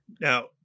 Now